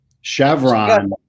Chevron